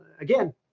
again